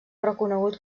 reconegut